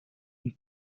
une